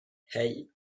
hey